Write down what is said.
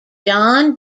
john